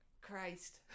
Christ